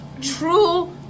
true